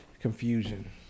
Confusion